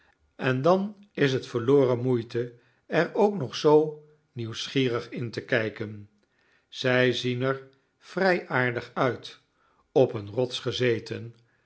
en dan is het verloren moeite er ook nog zoo nieuwsgierig in te kijken zij zien er vrij aardig uit op een